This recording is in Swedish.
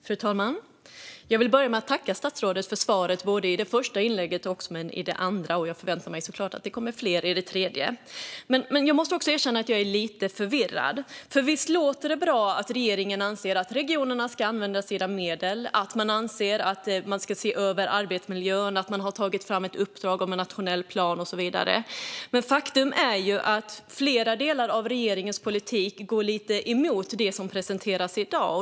Fru talman! Jag vill börja med att tacka statsrådet för svaren både i det första inlägget och i det andra. Jag förväntar mig såklart också att det kommer fler i det tredje. Men jag måste också erkänna att jag är lite förvirrad. Visst låter det bra att regeringen anser att regionerna ska använda sina medel och att de ska se över arbetsmiljön. Det låter bra att regeringen har tagit fram ett uppdrag om en nationell plan och så vidare. Men faktum är att flera delar av regeringens politik går lite emot det som presenteras i dag.